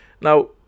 now